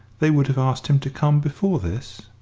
they would have asked him to come before this.